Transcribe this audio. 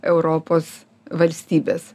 europos valstybes